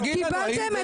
תגיד לנו האם זה כך.